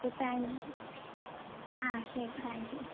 okay thank you ആ ശരി thank you